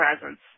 presence